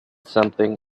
something